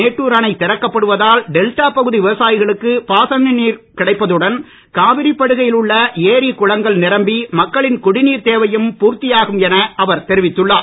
மேட்டுர் அணை திறக்கப்படுவதால் டெல்டா பகுதி விவசாயிகளுக்கு பாசன நீர் கிடைப்பதுடன் காவிரி படுகையில் உள்ள ஏரி குளங்கள் நிரம்பி மக்களின் குடிநீர் தேவையும் பூர்த்தியாகும் என அவர் தெரிவித்துள்ளார்